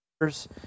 others